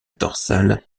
dorsale